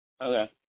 Okay